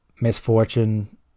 misfortune